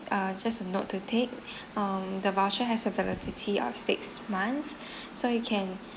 uh just a note to take um the voucher has availability of six months so you can